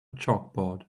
chalkboard